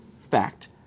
fact